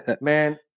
Man